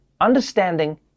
understanding